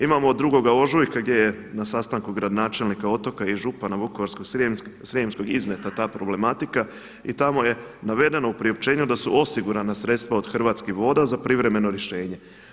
Imamo od 2. ožujka gdje je na sastanku načelnika Otoka i župana Vukovarsko-srijemskog iznijeta ta problematika i tamo je iznijeto u priopćenju da su osigurana sredstva od Hrvatskih voda za privremeno rješenje.